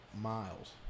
miles